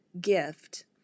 gift